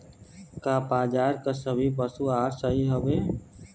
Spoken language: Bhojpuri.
का बाजार क सभी पशु आहार सही हवें?